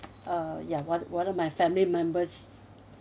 uh ya one one of my family members